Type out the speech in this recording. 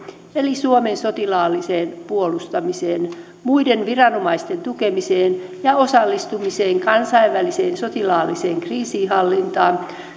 eli suomen sotilaalliseen puolustamiseen muiden viranomaisten tukemiseen ja osallistumiseen kansainväliseen sotilaalliseen kriisinhallintaan